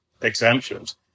exemptions